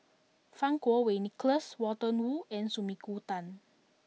Fang Kuo Wei Nicholas Walter Woon and Sumiko Tan